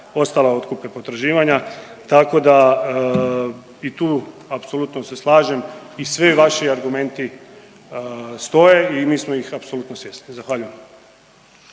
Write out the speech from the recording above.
ostala otkupna potraživanja, tako da i tu apsolutno se slažem i svi vaši argumenti stoje i mi smo ih apsolutno svjesni. Zahvaljujem.